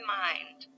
mind